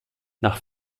nach